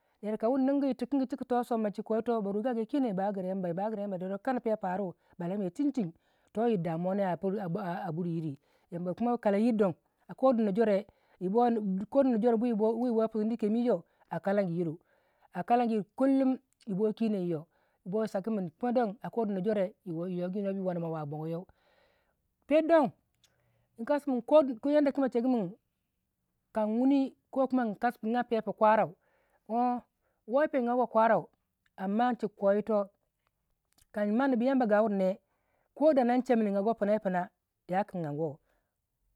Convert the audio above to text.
ka wun ningu yirtu chiki ko yi toh ba ru gagu yo kino yi ba wugira yamba ba gira yamba deruwei kana piyau pi aru lamuwei chinchin toh yir damuwa ne a buri yiri yir yamba kuma kalayir don a kodono jore biyi bo yipusini kemyi yo digin yo a kalaguyiru a kalaguyiru kullum yi bo kino yii yo yibo sagu min kuma don ako dono jore yiyogi nobi wanima wa a bogoyau per don yi kasi min ko yadda ku ma chegu min kan wuni kokuma yi ageh pweyo pu kwarau woo pin anguwai kwarau amma chikko yito kan manibu yamba gapirne ko danan chemin yi aguwai pina yi pina yagin anguwau